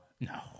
No